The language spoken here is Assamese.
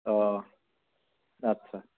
অঁ আচ্ছা